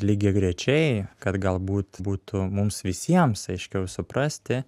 lygiagrečiai kad galbūt būtų mums visiems aiškiau suprasti